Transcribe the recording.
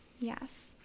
Yes